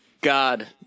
God